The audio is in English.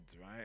right